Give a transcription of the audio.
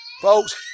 Folks